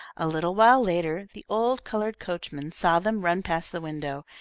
a little while later, the old coloured coachman saw them run past the window,